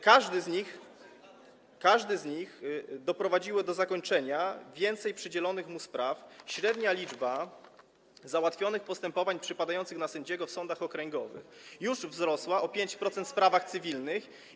Każdy z nich doprowadził do zakończenia więcej przydzielonych mu spraw, średnia liczba załatwionych postępowań przypadających na sędziego w sądach okręgowych już wzrosła o 5% w sprawach cywilnych.